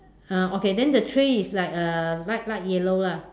ah okay then the tray is like uh light light yellow ah